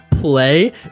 play